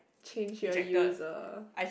change your user